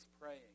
praying